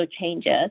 changes